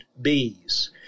bees